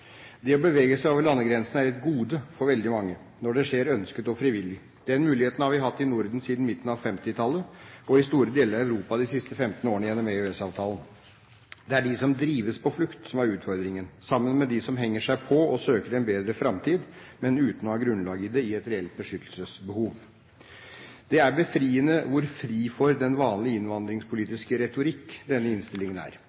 Det å bevege seg over landegrensene er et gode for veldig mange når det skjer ønsket og frivillig. Den muligheten har vi hatt i Norden siden midten av 1950-tallet og i store deler av Europa de siste 15 årene gjennom EØS-avtalen. Det er de som drives på flukt, som er utfordringen, sammen med dem som henger seg på og søker en bedre framtid, men uten å ha grunnlag i et reelt beskyttelsesbehov. Det er befriende hvor fri for den vanlige innvandringspolitiske retorikk denne innstillingen er.